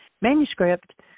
manuscript